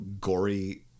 gory